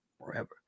forever